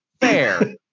fair